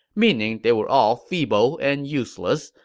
meaning they were all feeble and useless.